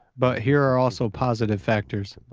but here are also positive factors.